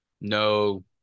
no